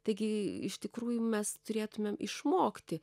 taigi iš tikrųjų mes turėtumėm išmokti